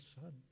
son